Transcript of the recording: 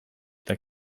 that